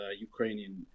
Ukrainian